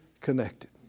connected